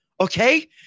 Okay